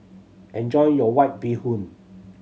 enjoy your White Bee Hoon